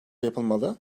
yapılmalı